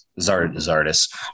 zardis